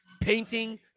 painting